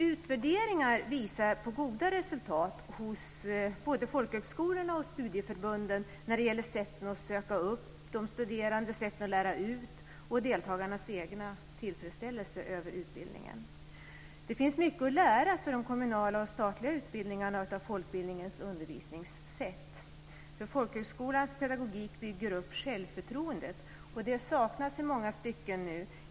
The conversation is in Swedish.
Utvärderingar visar på goda resultat hos både folkhögskolorna och studieförbunden när det gäller sätten att söka upp de studerande, sätten att lära ut och deltagarnas egna tillfredsställelse med utbildningen. Det finns mycket för de kommunala och statliga utbildningarna att lära av folkbildningens undervisningssätt. Folkhögskolans pedagogik bygger upp självförtroendet, och det saknas i många stycken nu.